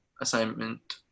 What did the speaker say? assignment